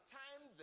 time